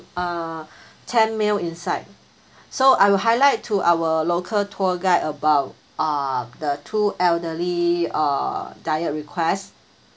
uh ten meal inside so I will highlight to our local tour guide about ah the two elderly uh diet request